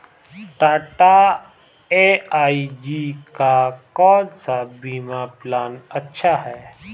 Tata AIG का कौन सा बीमा प्लान अच्छा है?